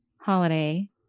holiday